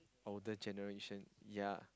older generation yea